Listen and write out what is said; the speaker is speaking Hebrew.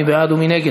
מי בעד ומי נגד?